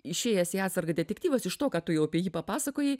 išėjęs į atsargą detektyvas iš to ką tu jau apie jį papasakojai